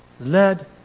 led